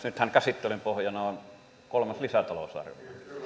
nythän käsittelyn pohjana on kolmas lisätalousarvio